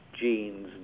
genes